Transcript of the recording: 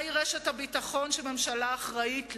מהי רשת הביטחון שהממשלה אחראית לה?